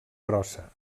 grossa